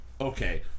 okay